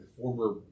former